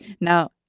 Now